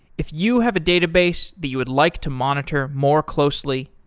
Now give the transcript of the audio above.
if you have a database that you would like to monitor more closely,